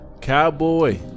Cowboy